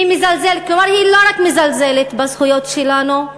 היא לא רק מזלזלת בזכויות שלנו,